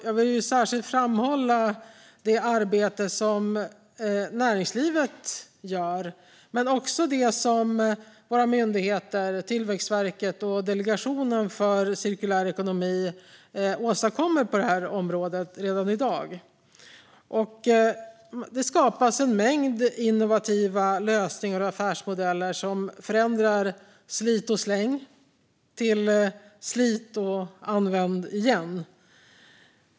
Jag vill särskilt framhålla det arbete som näringslivet gör men också det som Tillväxtverket och Delegationen för cirkulär ekonomi åstadkommer på detta område redan i dag. Det skapas en mängd innovativa lösningar och affärsmodeller som förändrar "slit och släng" till "slit och använd igen".